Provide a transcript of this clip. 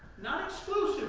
not exclusively